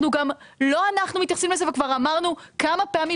לא אנחנו מתייחסים לזה וכבר אמרנו כמה פעמים